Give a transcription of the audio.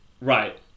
right